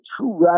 true